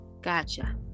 gotcha